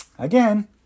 Again